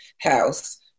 house